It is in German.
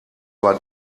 war